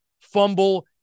fumble